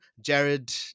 Jared